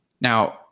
Now